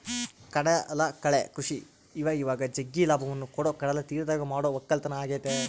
ಕಡಲಕಳೆ ಕೃಷಿ ಇವಇವಾಗ ಜಗ್ಗಿ ಲಾಭವನ್ನ ಕೊಡೊ ಕಡಲತೀರದಗ ಮಾಡೊ ವಕ್ಕಲತನ ಆಗೆತೆ